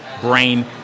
brain